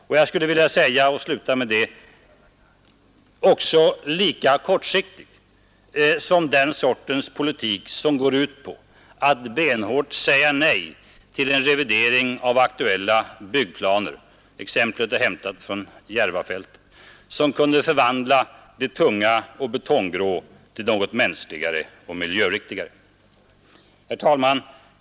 Och jag skulle vilja sluta med att säga att den ter sig också lika kortsiktig som den sortens politik som går ut på att benhårt säga nej till en revidering av aktuella byggplaner — exemplet är hämtat från Järvafältet — som kunde förvandla det tunga och betonggrå till något mänskligare och miljöriktigare. Herr talman!